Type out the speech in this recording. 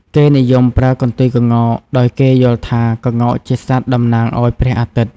គេនិយមប្រើកន្ទុយក្ងោក ដោយគេយល់ថាក្ងោកជាសត្វតំណាងឱ្យព្រះអាទិត្យ។